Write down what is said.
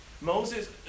Moses